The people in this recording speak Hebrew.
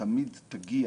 תמיד תגיע